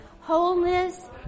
wholeness